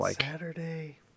Saturday